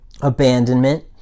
abandonment